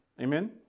Amen